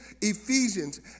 Ephesians